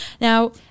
Now